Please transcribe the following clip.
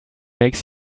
makes